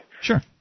Sure